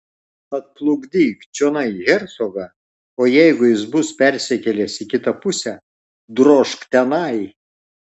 atplukdyk čionai hercogą o jeigu jis bus persikėlęs į kitą pusę drožk tenai